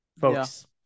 folks